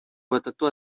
batatu